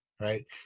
right